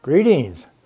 Greetings